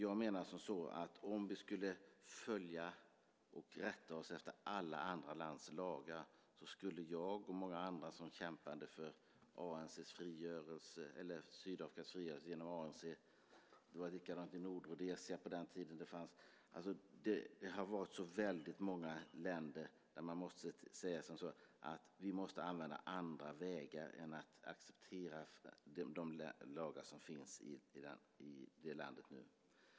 Jag menar att om vi skulle följa och rätta oss efter alla andra länders lagar så skulle inte jag och många andra ha kunnat kämpa för Sydafrikas frigörelse genom ANC. Likadant var det i Nordrhodesia på den tiden det fanns. Det har funnits väldigt många länder där det har varit nödvändigt att använda andra vägar än att acceptera de lagar som funnits i landet i fråga.